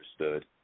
understood